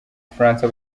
bufaransa